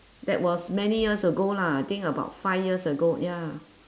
that was many years ago lah I think about five years ago ya